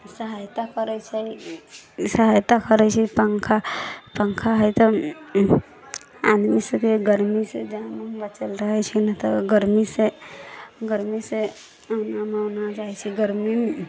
सहायता करै छै सहायता करै छै पंखा पंखा हइ तऽ आदमी सबके गरमीसँ जान उन बाँचल रहै छै नहि तऽ गरमीसँ गरमीसँ मोन औना जाइ छै गरमी